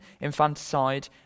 infanticide